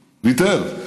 ויתר,